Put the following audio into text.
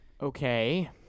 Okay